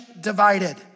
divided